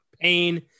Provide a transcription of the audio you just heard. pain